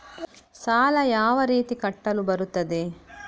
ಸಾಲ ಯಾವ ರೀತಿ ಕಟ್ಟಲು ಬರುತ್ತದೆ?